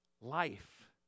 life